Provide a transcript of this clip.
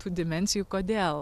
tų dimensijų kodėl